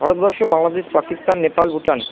Bharatvarsha Bangladesh Pakistan Nepal Bhutan